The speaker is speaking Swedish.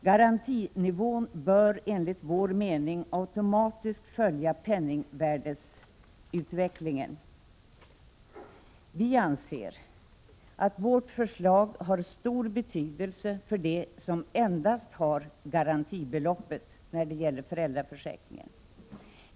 Garantinivån bör enligt vår mening automatiskt följa penningvärdesutvecklingen. Vi anser att vårt förslag har stor betydelse för dem som endast har rätt till garantibeloppet i föräldraförsäkringen.